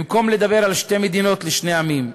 במקום לדבר על שתי מדינות לשני עמים,